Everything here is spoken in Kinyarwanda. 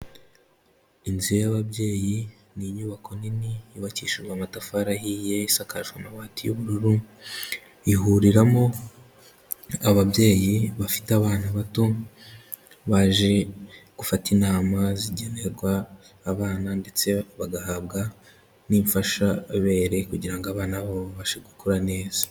Inzu y'ababyeyi ni inyubako nini yubakishijwe amatafari ahiye, isakajwe amabati y'ubururu, ihuriramo ababyeyi bafite abana bato, baje gufata inama zigenerwa abana ndetse bagahabwa n'imfashabere kugira abana babo babashe gukura neza.